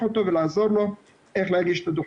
אותו ולעזור לו איך להגיש את הדו"חות.